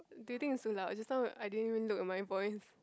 do you think it's too loud just now I didn't even look at my voice